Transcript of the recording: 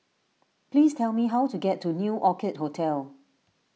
please tell me how to get to New Orchid Hotel